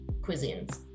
cuisines